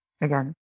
again